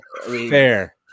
Fair